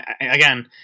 again